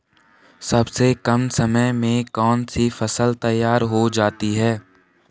सबसे कम समय में कौन सी फसल तैयार हो जाती है?